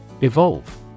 Evolve